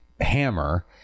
hammer